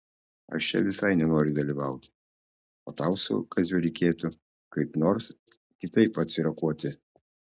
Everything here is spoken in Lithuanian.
aš čia visai nenoriu dalyvauti o tau su kaziu reikėtų kaip nors kitaip atsirokuoti